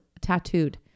tattooed